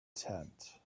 tent